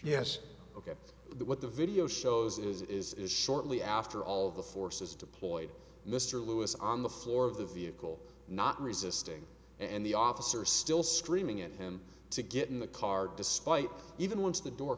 yes ok what the video shows is it is is shortly after all the forces deployed mr lewis on the floor of the vehicle not resisting and the officer still screaming at him to get in the car despite even once the door